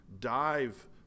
dive